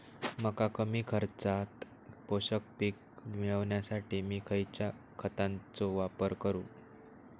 मका कमी खर्चात पोषक पीक मिळण्यासाठी मी खैयच्या खतांचो वापर करू?